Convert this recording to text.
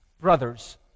Brothers